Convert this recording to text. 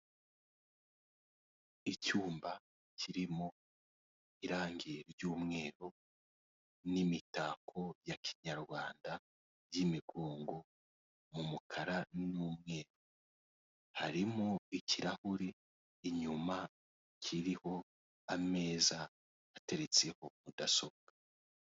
Icyumba kirimo irange ry'umweru n'imitako ya kinyarwanda y'imigongo mu mukara n'umweru harimo ikirahure inyuma kiriho ameza ateretseho mudasobwa.